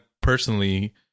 personally